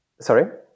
Sorry